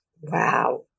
Wow